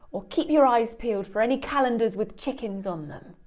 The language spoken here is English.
or, keep your eyes peeled for any calendars with chickens on.